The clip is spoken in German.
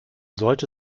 sollte